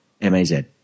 M-A-Z